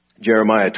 Jeremiah